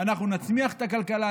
אנחנו נצמיח את הכלכלה,